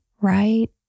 right